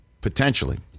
potentially